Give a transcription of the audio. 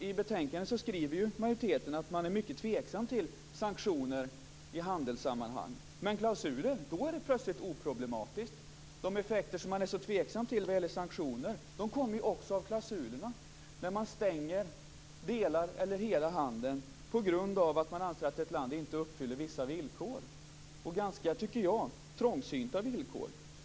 I betänkandet skriver majoriteten att man är mycket tveksam till sanktioner i handelssammanhang. Men när det gäller klausuler är det plötsligt oproblematiskt. De effekter som man är så tveksam till vad det gäller sanktioner kommer ju också av klausulerna, om man stänger delar av eller hela handeln på grund av att man anser att ett land inte uppfyller vissa villkor. Jag tycker att det är ganska trångsynta villkor.